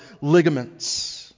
ligaments